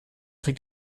trägt